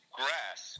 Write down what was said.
grass